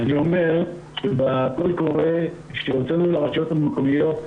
אומר שבקול קורא שהוצאנו לרשויות המקומיות,